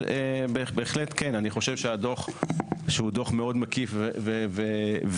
אני חושב שהדוח שהוא דוח מאוד מקיף ומרשים.